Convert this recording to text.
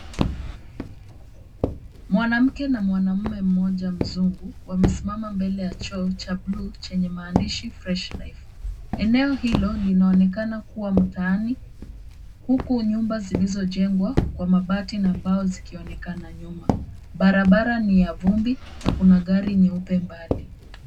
Mwanamke na mwanamume mmoja mzungu wamesimama mbele ya choo cha buluu chenye maandishi fresh life , eneo hilo linaonekana kuwa mtaani huku nyumba zilizojengwa kwa mabati na mbao zikionekana nyuma, barabara ni ya vumbi na kuna gari nyeupe mbali.